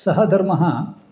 सः धर्मः